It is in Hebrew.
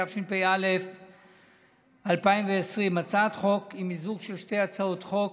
התשפ"א 2020. הצעת החוק היא מיזוג של שתי הצעות חוק,